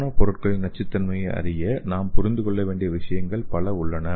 நானோ பொருட்களின் நச்சுத்தன்மையைப் அறிய நாம் புரிந்து கொள்ள வேண்டிய விஷயங்கள் பல உள்ளன